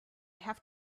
have